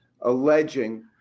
alleging